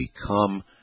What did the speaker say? become